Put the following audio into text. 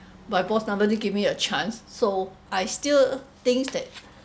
my boss doesn't give me a chance so I still thinks that